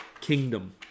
kingdom